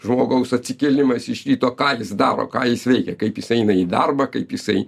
žmogaus atsikėlimas iš ryto ką jis daro ką jis veikia kaip jis eina į darbą kaip jisai